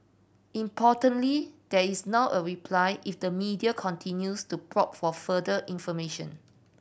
importantly there is now a reply if the media continues to probe for further information